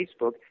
Facebook